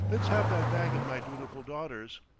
let's have that bag of my dutiful daughter's.